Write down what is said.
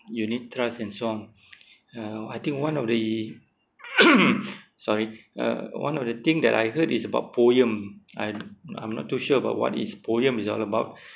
unit trust and so on uh I think one of the sorry uh one of the thing that I heard is about POEMS I I'm not too sure about what is POEMS is all about